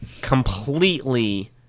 completely